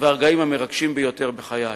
והרגעים המרגשים ביותר בחיי,